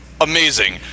amazing